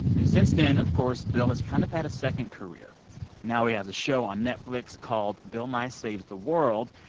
and since then, of course, bill has kind of had a second career now he has a show on netflix called bill nye saves the world,